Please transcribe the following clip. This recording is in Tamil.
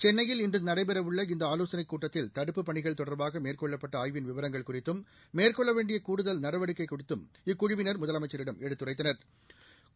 சென்னையில் இன்று நடைபெற உள்ள இந்த ஆலோசனைக் கூட்டத்தில் தடுப்புப் பணிகள் தொடர்பாக மேற்கொள்ளப்பட்ட ஆய்வின் விவரங்கள் குறித்தும் மேற்கொள்ள வேண்டிய கூடுதல் நடவடிக்கைகள் குறித்தும் இக்குழுவினா் முதலமைச்சிடம் எடுத்துரைத்தனா்